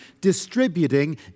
distributing